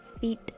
Feet